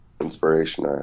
inspiration